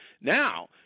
Now